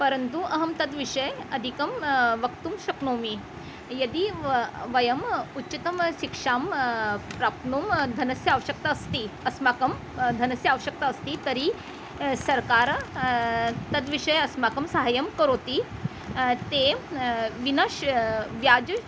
परन्तु अहं तद्विषये अधिकं वक्तुं शक्नोमि यदि वयं वयम् उचितां शिक्षां प्राप्तुं धनस्य आवश्यकता अस्ति अस्माकं धनस्य आवश्यकता अस्ति तर्हि सर्कारः तद्विषये अस्माकं सहायं करोति ते विना शुल्कं व्याजेन